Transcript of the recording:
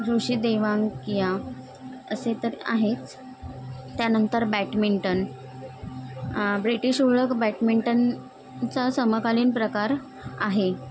ऋषी देवांकिया असे तर आहेच त्यानंतर बॅटमिंटन ब्रिटिश उलक बॅटमिंटनचा समकालीन प्रकार आहे